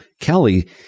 Kelly